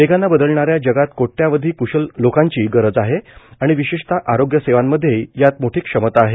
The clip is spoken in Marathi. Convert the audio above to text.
वेगानं बदलणाऱ्या जगात कोट्यवधी कृशल लोकांची गरज आहे आणि विशेषत आरोग्य सेवांमध्येही यात मोठी क्षमता आहेत